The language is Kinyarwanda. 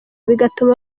bigatuma